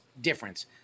difference